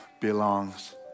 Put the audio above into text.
belongs